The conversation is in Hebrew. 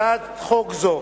הצעת חוק זו